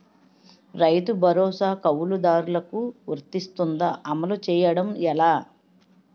రైతు భరోసా కవులుదారులకు వర్తిస్తుందా? అమలు చేయడం ఎలా